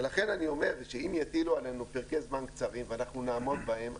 לכן אני אומר שאם יטילו עלינו פרקי זמן קצרים ואנחנו נעמוד בהם,